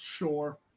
Sure